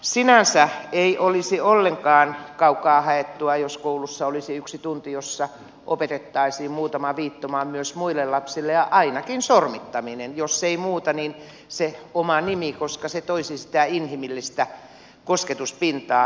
sinänsä ei olisi ollenkaan kaukaa haettua jos koulussa olisi yksi tunti jossa opetettaisiin muutama viittoma myös muille lapsille ainakin sormittaminen jos ei muuta niin se oma nimi koska se toisi sitä inhimillistä kosketuspintaa erilaiseen ihmiseen